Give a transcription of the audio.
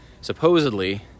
Supposedly